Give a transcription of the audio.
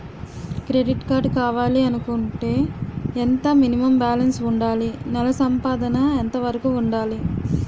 Credit card కావాలి అనుకుంటే ఎంత మినిమం బాలన్స్ వుందాలి? నెల సంపాదన ఎంతవరకు వుండాలి?